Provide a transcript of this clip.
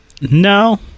no